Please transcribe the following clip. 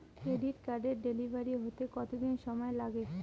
Credit কার্ডের delivery হতে কতদিন সময় লাগে?